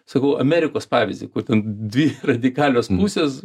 sakau amerikos pavyzdį kur ten dvi radikalios pusės